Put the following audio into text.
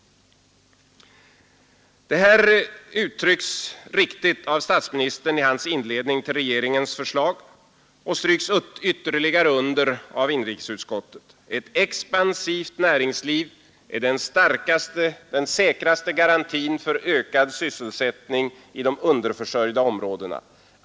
Detta uttrycks riktigt av statsministern i hans inledning till regeringens förslag och stryks ytterligare under av inrikesutskottet: ”Ett expansivt näringsliv är den säkraste garantin för ökad sysselsättning i de underförsörjda områdena.